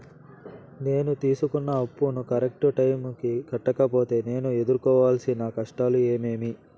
నేను తీసుకున్న అప్పును కరెక్టు టైముకి కట్టకపోతే నేను ఎదురుకోవాల్సిన కష్టాలు ఏమీమి?